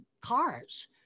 cars